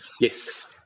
Yes